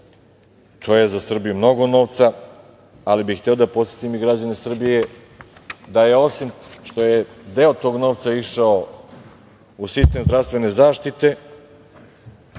To je za Srbiju mnogo novca. Hteo bih da podsetim i građane Srbije da je osim što je deo tog novca išao u sistem zdravstvene zaštite,